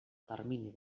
termini